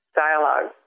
dialogue